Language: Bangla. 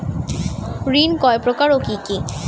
ঋণ কয় প্রকার ও কি কি?